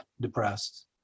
depressed